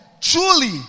truly